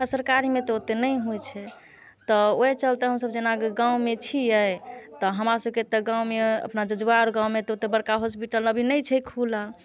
आ सरकारीमे तऽ ओते नहि होइ छै तऽ ओहि चलते हम सभ जेना गाँवमे छियै तऽ हमरा सभके तऽ गाँवमे अपना जजुआर गाँवमे तऽ ओत्ते बड़का हॉस्पिटल अभी नहि छै खुलल